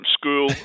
school